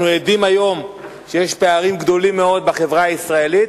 אנחנו עדים לכך שיש היום פערים גדולים מאוד בחברה הישראלית,